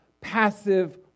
passive